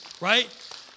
right